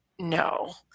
no